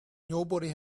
nobody